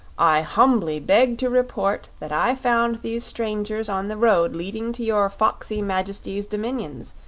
i humbly beg to report that i found these strangers on the road leading to your foxy majesty's dominions,